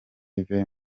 yves